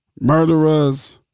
murderers